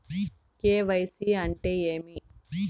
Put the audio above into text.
KYC అంటే ఏమి?